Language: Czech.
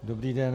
Dobrý den.